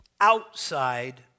outside